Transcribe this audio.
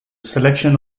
selection